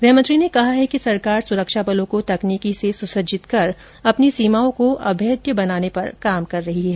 गृहमंत्री ने कहा है कि सरकार सुरक्षाबलों को तकनीकी से सुसज्जित कर अपनी सीमाओं को अभेद्य बनाने पर काम कर रही है